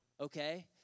okay